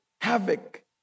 havoc